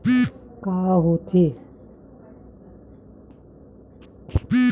का होथे?